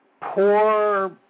poor